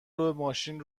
ماشین